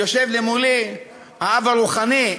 יושב מולי האב הרוחני,